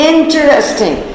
Interesting